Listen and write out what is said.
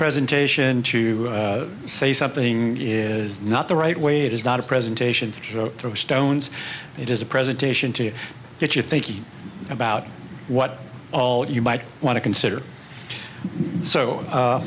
presentation to say something is not the right weight is not a presentation to throw stones it is a presentation to get you thinking about what all you might want to consider so